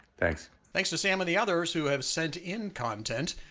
thanks. thanks to sam and the others who have sent in content.